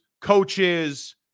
coaches